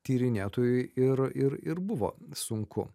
tyrinėtojui ir ir ir buvo sunku